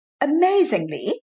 amazingly